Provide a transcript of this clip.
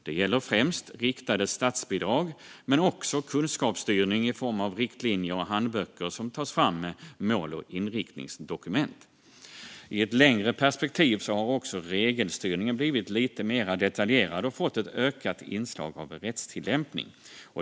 Detta gäller främst riktade statsbidrag men också kunskapsstyrning i form av riktlinjer och handböcker som tas fram med mål och inriktningsdokument. I ett längre perspektiv har också regelstyrningen blivit lite mera detaljerad och fått ett ökat inslag av rättstillämpning.